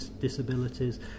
disabilities